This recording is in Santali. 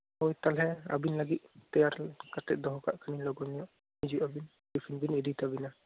ᱛᱟᱦᱚᱞᱮ ᱟᱹᱵᱤᱱ ᱞᱟᱹᱜᱤᱫ ᱛᱳᱭᱟᱨ ᱠᱟᱛᱮ ᱫᱚᱦᱚ ᱠᱟᱜ ᱠᱟᱱᱟᱞᱮ ᱞᱚᱜᱚᱮ ᱧᱚᱜ ᱦᱤᱡᱩᱜ ᱟᱵᱤᱱ ᱪᱤᱯᱷᱤᱱ ᱵᱮᱱ ᱤᱫᱤ ᱛᱟᱵᱤᱱᱟ